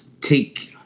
take –